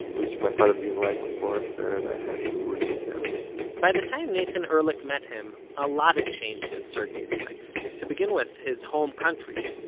which my father didn't like, of course, and i had to release them by the time nathan ehrlich met him, a lot had changed in sergey's life. to begin with, his home country.